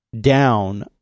down